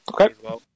Okay